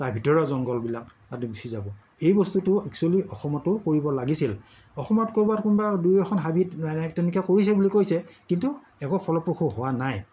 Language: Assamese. বা ভিতৰৰ জংঘলবিলাক তালে গুচি যাব এই বস্তুটো একচ্যুৱেলি অসমতো কৰিব লাগিছিল অসমত ক'ৰবাত কোনোবা দুই এখন হাবিত তেনেকে কৰিছে বুলি কৈছে কিন্তু একো ফলপ্ৰসূ হোৱা নাই